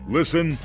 Listen